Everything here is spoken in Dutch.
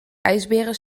ijsberen